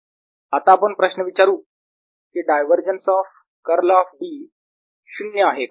आता आपण प्रश्न विचारू की divergence of curl of D शून्य आहे का